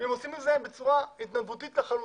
הם עושים את זה בצורה התנדבותית לחלוטין,